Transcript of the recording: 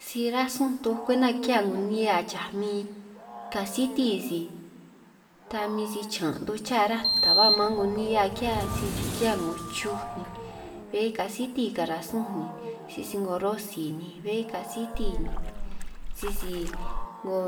Si ránj sun toj kwemta kihia 'ngo nihia chaj min kasiti si ta min si chiñan' toj cha ráj, ta ba maan 'ngo nihia ki'hia sisi ki'hia 'ngo chuj bé kasiti karasunj ni, sisi 'ngo rosi ni bé kasiti ni sisi 'ngo